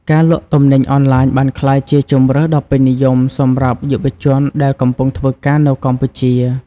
ការលក់ទំនិញអនឡាញបានក្លាយជាជម្រើសដ៏ពេញនិយមសម្រាប់យុវជនដែលកំពុងធ្វើការនៅកម្ពុជា។